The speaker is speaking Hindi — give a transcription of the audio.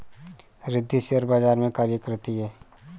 रिद्धी शेयर बाजार में कार्य करती है